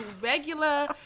regular